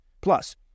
Plus